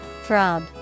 Throb